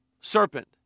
serpent